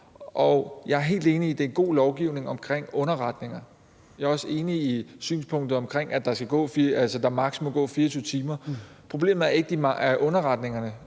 Jeg er helt enig i, at det er god lovgivning i forhold til underretninger. Jeg er også enig i synspunktet om, at der maks. må gå 24 timer. Problemet i lige det her